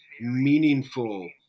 meaningful